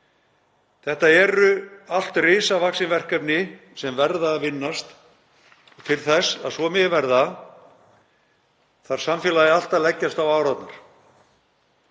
Þetta eru allt risavaxin verkefni sem verða að vinnast. Til þess að svo megi verða þarf samfélagið allt að leggjast á árarnar.